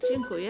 Dziękuję.